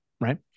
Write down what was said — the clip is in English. right